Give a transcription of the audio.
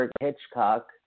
Hitchcock